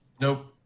Nope